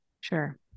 Sure